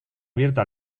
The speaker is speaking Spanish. abierta